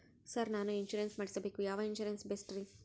Sir ನಾನು insurance ಮಾಡಿಸಬೇಕು ಯಾವ ಇನ್ಶೂರೆನ್ಸ್ ಬೆಸ್ಟ್ರಿ?